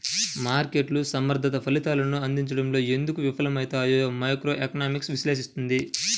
మార్కెట్లు సమర్థ ఫలితాలను అందించడంలో ఎందుకు విఫలమవుతాయో మైక్రోఎకనామిక్స్ విశ్లేషిస్తుంది